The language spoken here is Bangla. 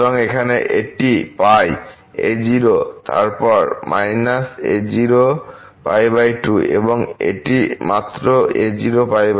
সুতরাং এখানে এটি π a0 তারপর −a0 π2 এবং এটি মাত্র a0 π2